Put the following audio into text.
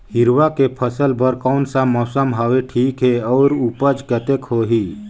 हिरवा के फसल बर कोन सा मौसम हवे ठीक हे अउर ऊपज कतेक होही?